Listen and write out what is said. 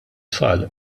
tfal